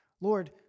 Lord